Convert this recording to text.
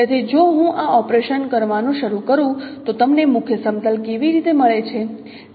તેથી જો હું આ ઓપરેશન કરવાનું શરૂ કરું તો તમને મુખ્ય સમતલ કેવી રીતે મળે છે